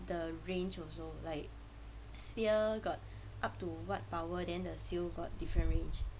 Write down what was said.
the range also like sphere got up to what power then the seal got different range